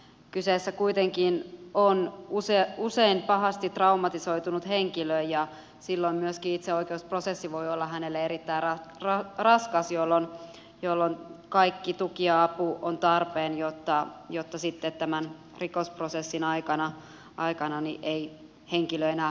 kyseessä kuitenkin on usein pahasti traumatisoitunut henkilö ja silloin myöskin itse oikeusprosessi voi olla hänelle erittäin raskas jolloin kaikki tuki ja apu on tarpeen jotta sitten tämän rikosprosessin aikana ei henkilö enää traumatisoituisi lisää